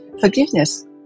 Forgiveness